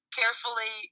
carefully